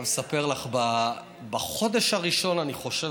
אני חייב לספר לך שבחודש הראשון בתפקידי,